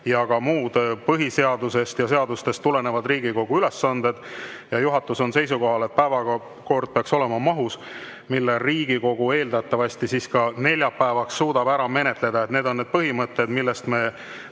kui ka muud põhiseadusest ja seadustest tulenevad Riigikogu ülesanded. Juhatus on seisukohal, et päevakord peaks olema mahus, mille Riigikogu eeldatavasti neljapäevaks suudab ära menetleda. Need on need põhimõtted, millest me